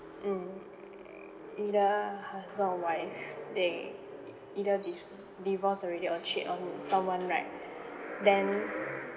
mm either husband or wife they either di~ divorced already or cheat on someone right then